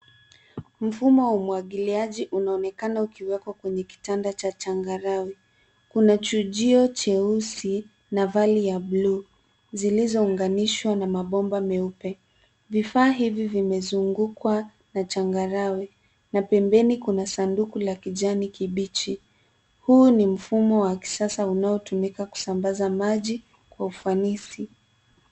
Mfumo wa umwagiliaji unaonekana ukiwekwa kwenye kitanda cha changarawe. Kuna chujio cheusi na vali ya bluu zilizounganishwa na mabomba meupe. Vifaa hivi vimezungukwa na changarawe na pembeni kuna sanduku la kijani kibichi. Huu ni mfumo wa kisasa unaotumika kusambaza maji kwa ufanisi.